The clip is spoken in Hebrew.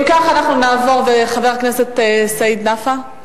אם כך אנחנו נעבור, וחבר הכנסת סעיד נפאע?